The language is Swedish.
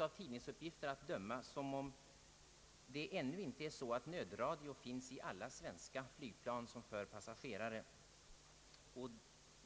Av tidningsuppgifter att döma finns det ännu inte nödradio i alla svenska flygplan som för passagerare.